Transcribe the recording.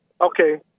Okay